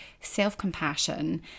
self-compassion